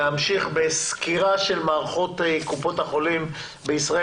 אנחנו ממשיכים בסקירת מערכות קופות החולים בישראל.